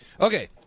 Okay